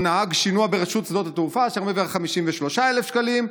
או נהג שינוע ברשות שדות התעופה שמרוויח 53,000 שקלים,